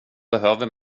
behöver